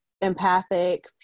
empathic